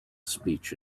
speech